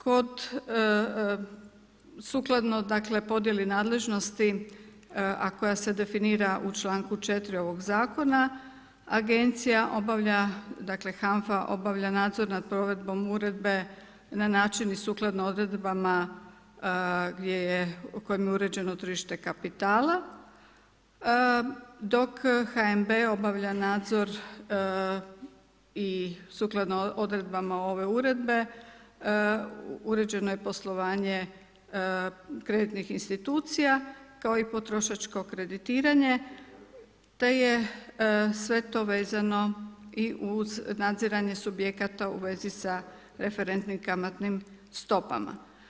Kod sukladno, podjeli nadležnosti, a koja se definira u čl. 4. ovog zakona, agencija obavlja, dakle HANFA obavlja nadzor nad provedbom uredbe, na način i sukladno odredbama gdje je, u kojem je uređeno tržište kapitala, dok HNB obavlja nadzor i sukladno odredbama ove uredbe, uređeno je poslovanje kreditnog institucija, kao i potrošačko kreditiranje, te je sve to vezano i uz nadziranje subjekata u vezi sa referentnim kamatnim stopama.